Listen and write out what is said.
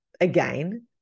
again